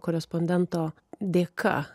korespondento dėka